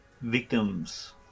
victims